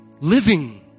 living